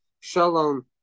shalom